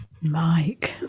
Mike